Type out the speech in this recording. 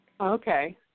Okay